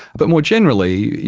but more generally,